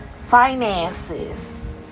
finances